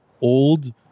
old